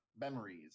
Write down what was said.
memories